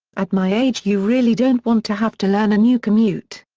at my age you really don't want to have to learn a new commute.